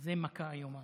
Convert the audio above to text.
הם מכה איומה.